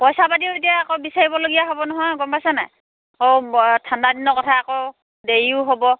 পইচা পাতিও এতিয়া আকৌ বিচাৰিব লগীয়া হ'ব নহয় গম পাইছে নাই অ' ঠাণ্ডা দিনৰ কথা আকৌ দেৰিও হ'ব